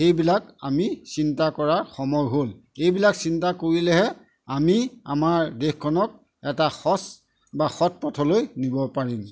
সেইবিলাক আমি চিন্তা কৰাৰ সময় হ'ল এইবিলাক চিন্তা কৰিলেহে আমি আমাৰ দেশখনক এটা সজ বা সৎ পথলৈ নিব পাৰিম